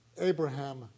Abraham